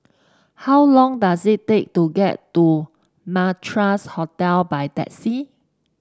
how long does it take to get to Madras Hotel by taxi